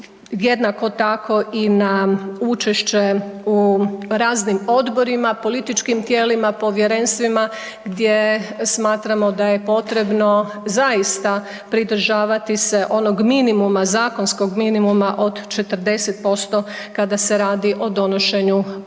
Jednako tako i na učešće u raznim odborima, političkim tijelima, povjerenstvima gdje smatramo da je potrebno zaista pridržavati se onog minimuma, zakonskog minimuma od 40% kada se radi o donošenju političkih